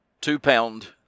two-pound